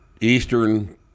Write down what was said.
eastern